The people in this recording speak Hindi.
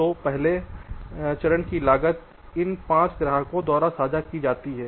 तो पहले चरण की लागत इन पांच ग्राहकों द्वारा साझा की जा सकती है